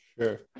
Sure